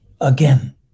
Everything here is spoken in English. again